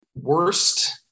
Worst